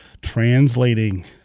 translating